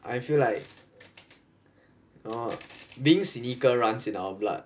I feel like err being cynical runs in our blood